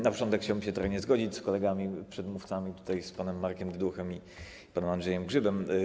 Na początek chciałbym się trochę nie zgodzić z kolegami przedmówcami, z panem Markiem Dyduchem i panem Andrzejem Grzybem.